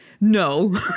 No